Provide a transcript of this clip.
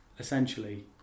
essentially